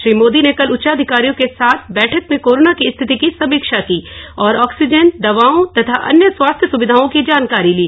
श्री मोदी ने कल उच्चाधिकारियों के साथ बैठक में कोरोना की स्थिति की समीक्षा की और ऑक्सीजन दवाओं तथा अन्य स्वास्थ्य सुविधाओं की जानकारी ली